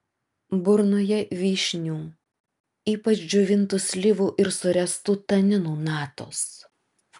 burnoje vyšnių ypač džiovintų slyvų ir suręstų taninų natos